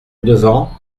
devant